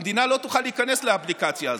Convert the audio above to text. המדינה לא תוכל להיכנס לאפליקציה הזאת.